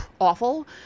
awful